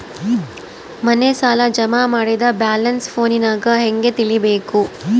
ಮನೆ ಸಾಲ ಜಮಾ ಮಾಡಿದ ಬ್ಯಾಲೆನ್ಸ್ ಫೋನಿನಾಗ ಹೆಂಗ ತಿಳೇಬೇಕು?